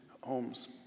homes